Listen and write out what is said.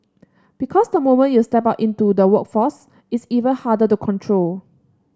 because the moment you step out into the workplace it's even harder to control